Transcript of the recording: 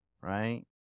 right